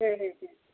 हूँ हूँ हूँ